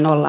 mutta